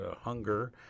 hunger